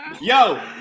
Yo